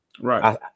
right